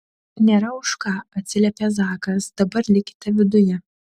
nėra už ką atsiliepė zakas dabar likite viduje